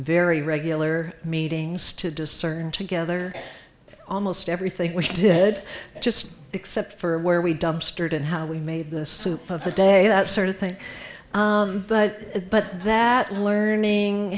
very regular meetings to discern together almost everything which did just except for where we dumpster it and how we made the soup of the day that sort of thing but that learning